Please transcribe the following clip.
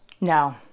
No